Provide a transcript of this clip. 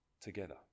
together